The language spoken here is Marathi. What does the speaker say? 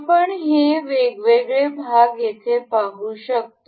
आपण हे वेगवेगळे भाग येथे पाहू शकतो